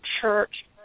church